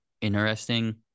interesting